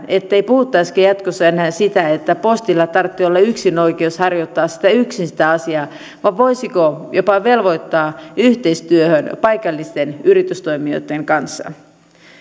ettei puhuttaisikaan jatkossa enää siitä että postilla tarvitsee olla yksinoikeus harjoittaa yksin sitä asiaa vaan voisiko jopa velvoittaa yhteistyöhön paikallisten yritystoimijoitten kanssa